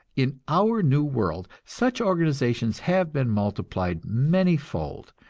in our new world such organizations have been multiplied many fold,